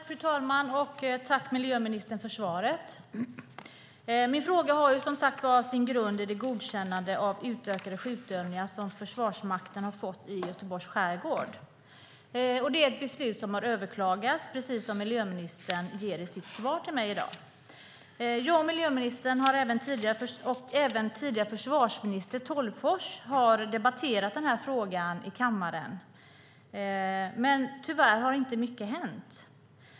Fru talman! Tack, miljöministern, för svaret! Min fråga har, som sagt, sin grund i det godkännande av utökade skjutövningar som Försvarsmakten har fått i Göteborgs skärgård. Det är ett beslut som har överklagats, precis som miljöministern säger i sitt svar till mig i dag. Jag, miljöministern och även tidigare försvarsminister Tolgfors har debatterat den här frågan i kammaren, men tyvärr har inte mycket hänt.